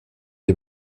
des